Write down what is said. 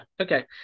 Okay